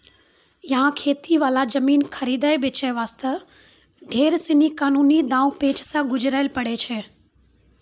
यहाँ खेती वाला जमीन खरीदै बेचे वास्ते ढेर सीनी कानूनी दांव पेंच सॅ गुजरै ल पड़ै छै